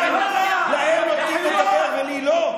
להם נותנים לדבר ולי לא?